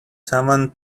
someone